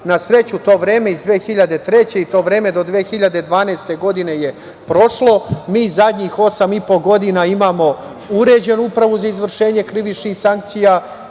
sreću, to vreme iz 2003. i to vreme do 2012. godine je prošlo. Mi poslednjih osam i po godina imamo uređenu Upravu za izvršenje krivičnih sankcija,